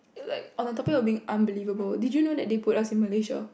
like on the topic of being unbelievable did you know that they put us in Malaysia